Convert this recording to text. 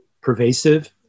pervasive